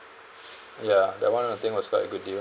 ya that [one] I think was quite a good deal